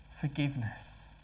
forgiveness